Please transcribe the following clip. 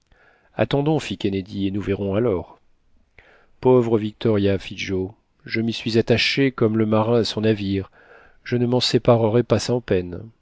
attendons fit kennedy et nous verrons alors pauvre victoria fit joe je m'y suis attaché comme le marin à son navire je ne m'en séparerai pas sans peine